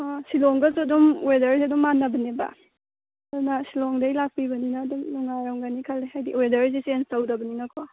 ꯑꯥ ꯁꯤꯜꯂꯣꯡꯗꯁꯨ ꯑꯗꯨꯝ ꯋꯦꯗꯔꯁꯦ ꯑꯗꯨꯝ ꯃꯥꯟꯅꯕꯅꯦꯕ ꯑꯗꯨꯅ ꯁꯤꯜꯂꯣꯡꯗꯒꯤ ꯂꯥꯛꯄꯤꯕꯅꯤꯅ ꯑꯗꯨꯝ ꯅꯨꯡꯉꯥꯏꯔꯝꯒꯅꯤ ꯈꯜꯂꯤ ꯍꯥꯏꯗꯤ ꯋꯦꯗꯔꯁꯤ ꯆꯦꯟꯖ ꯇꯧꯗꯕꯅꯤꯅꯀꯣ